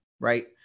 right